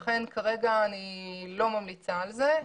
לכן כרגע אני לא ממליצה על זה,